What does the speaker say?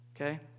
okay